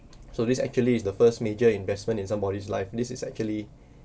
so this actually is the first major investment in somebody's life this is actually